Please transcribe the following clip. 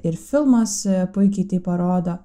ir filmas puikiai tai parodo